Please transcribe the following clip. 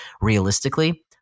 Realistically